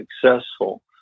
successful